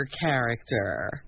character